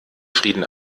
frieden